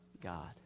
God